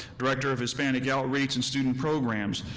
director of hispanic outreach and student programs,